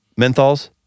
menthols